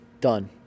Done